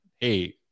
hey